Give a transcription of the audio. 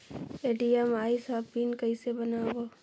ATM आइस ह PIN कइसे बनाओ?